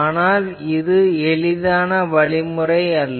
ஆனால் இது எளிதான வழிமுறை அல்ல